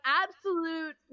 absolute